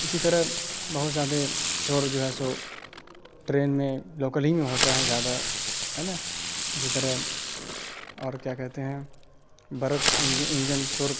اسی طرح بہت زیادہ شور جو ہے سو ٹرین میں لوکل ہی میں ہوتا ہے زیادہ ہے نا اسی طرح اور کیا کہتے ہیں برتھ انجن شور